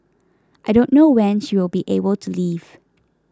I don't know when she will be able to leave